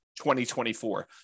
2024